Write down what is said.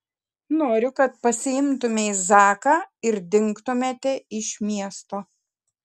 noriu kad pasiimtumei zaką ir dingtumėte iš miesto